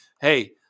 Hey